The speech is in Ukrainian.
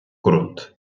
грунт